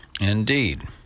Indeed